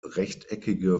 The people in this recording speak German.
rechteckige